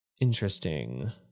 Interesting